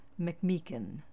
McMeekin